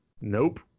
nope